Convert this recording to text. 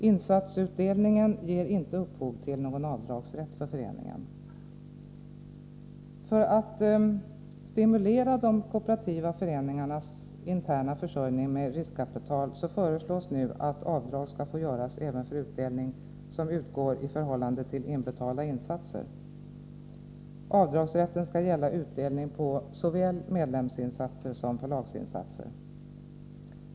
Insatsutdelningen ger inte upphov till någon avdragsrätt för föreningen. För att stimulera de kooperativa föreningarnas interna försörjning med riskkapital föreslås nu att avdrag skall få göras även för utdelning som utgår i förhållande till inbetalda insatser. Avdragsrät 147 ten skall gälla utdelning på såväl medlemsinsatser som förlagsinsatser.